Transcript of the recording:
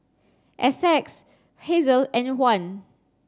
Essex Hazel and Juan